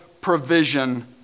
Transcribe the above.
provision